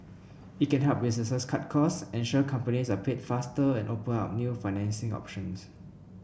it can help businesses cut costs ensure companies are paid faster and open up new financing options